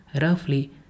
roughly